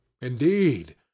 Indeed